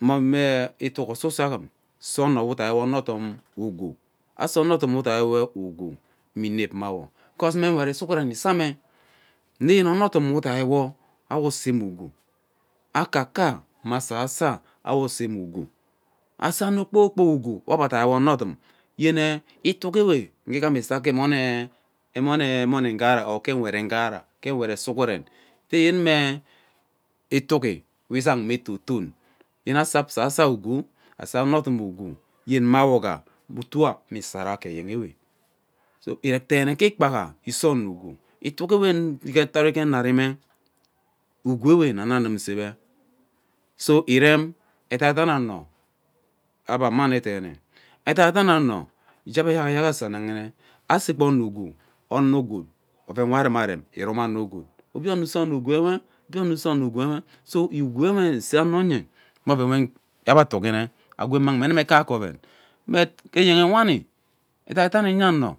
Mme ono itigi ususo agum ute ono we udai wo onodum ugwu ase ono we udai wo onodum ugwu imi inep mmawo because mme nwet sughawen isaame nne yene ono ugwu akakaa nne asoso awo see bae ugwu we ebe ugwu ese ano kpoor kpok ugwu we ebe adai wo onodum yene itigi ewe uge ighama isaa gee emone emomee emonee ughara or ke nwet nne ughara ke nwet- ee sughuren yene nwee itigi we izang me etoton yene ase asaso ugwu ase onodum ugwu yene mawogha utua nwe isara gee ano eyenwe so ire deene gee ikpaha ise ono ugwu itigi nwe ke tarai kereme ugwuwe nana nnym seme so irem edaidan ano ebe amane deene edaidan ano igee ebe eyak eyak asa enehene ase gba ano ugwu oren we arume arem irom ano gwood obie ono use ono ugwu we obie ono use ono ugwu nwe so ugwuewe nne se ano nyee mme oven we ebe atigi nye agwee immang me mme kaeke oven but ke eyenhe wani edaidan ee enyo ano